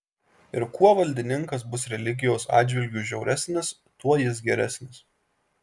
ir kuo valdininkas bus religijos atžvilgiu žiauresnis tuo jis geresnis